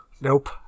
nope